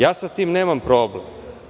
Ja sa tim nemam problem.